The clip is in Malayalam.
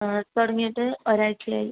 ആ തുടങ്ങിയിട്ട് ഒരാഴ്ച ആയി